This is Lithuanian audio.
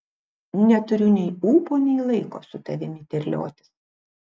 neturiu nei ūpo nei laiko su tavimi terliotis